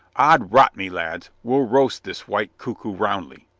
od rot me, lads, we'll roast this white cuckoo roundly!